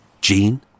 Jean